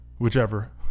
Whichever